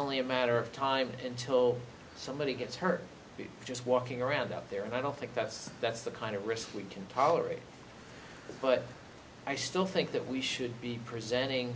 only a matter of time until somebody gets hurt just walking around out there and i don't think that's that's the kind of risk we can tolerate but i still think that we should be presenting